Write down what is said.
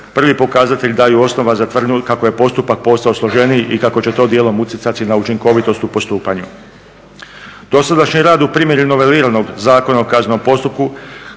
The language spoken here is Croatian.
prvi pokazatelj daju osnova za tvrdnju kako je postupak postao složeniji i kako će to dijelom utjecati na učinkovitost u postupanju. Dosadašnji rad u primjeni noveliranog Zakona o kaznenom postupku